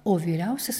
o vyriausias